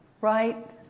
right